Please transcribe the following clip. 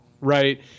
right